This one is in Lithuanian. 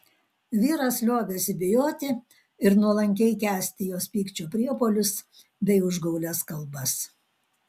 vyras liovėsi bijoti ir nuolankiai kęsti jos pykčio priepuolius bei užgaulias kalbas